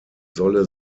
solle